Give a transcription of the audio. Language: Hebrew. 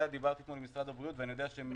דיברתי אתמול עם אנשי משרד הבריאות ואני יודע שהם